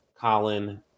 Colin